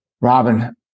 Robin